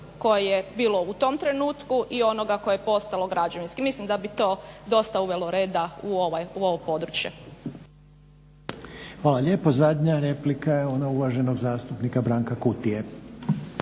koje je bilo u tom trenutku i onoga koje je postojalo građevinskim. Mislim da bi to dosta uvelo reda u ovo područje. **Reiner, Željko (HDZ)** Hvala lijepo. Zadnja replika je ona uvaženog zastupnika Branka Kutije.